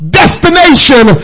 destination